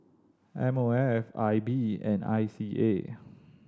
M O F I B and I C A